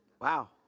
Wow